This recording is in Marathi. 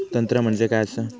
तंत्र म्हणजे काय असा?